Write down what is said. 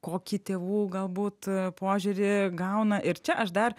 kokį tėvų galbūt požiūrį gauna ir čia aš dar